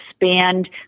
expand